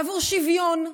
עבור שוויון,